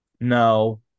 no